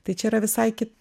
tai čia yra visai kit